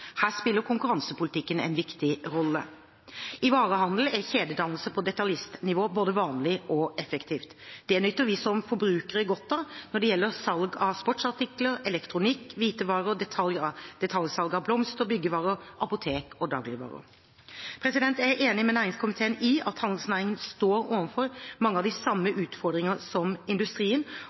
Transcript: Her spiller konkurransepolitikken en viktig rolle. I varehandelen er kjededannelse på detaljistnivå både vanlig og effektivt. Det nyter vi som forbrukere godt av når det gjelder salg av sportsartikler, elektronikk- og hvitevarer, detaljsalg av blomster, byggevarer, apotek og dagligvarer. Jeg er enig med næringskomiteen i at handelsnæringen står overfor mange av de samme utfordringene som industrien,